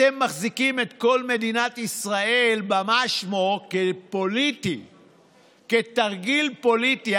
אתם מחזיקים את כל מדינת ישראל במה-שמו כתרגיל פוליטי.